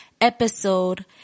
episode